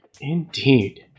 Indeed